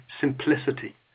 simplicity